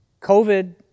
covid